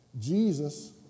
Jesus